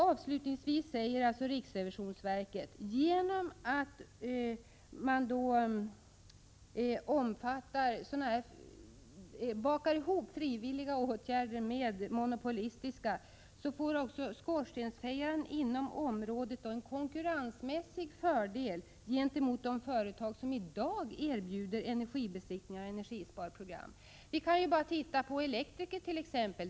Avslutningsvis säger riksrevisionsverket att genom att man bakar ihop frivilliga åtgärder med monopolistiska får skorstensfejaren inom området en konkurrensmässig fördel gentemot de företag som i dag erbjuder energibe siktning och energisparprogram. Vi kan bara se på elektrikerna t.ex.